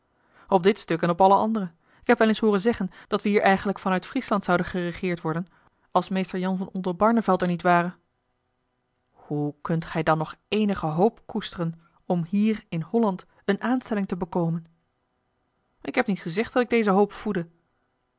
op dit stuk en op alle anderen ik heb wel eens hooren zeggen dat we hier eigenlijk van uit friesland zouden geregeerd worden als mr jan van oldenbarneveld er niet ware hoe kunt gij dan nog eenige hoop koesteren om hier in holland eene aanstelling te bekomen ik heb niet gezegd dat ik deze hoop voedde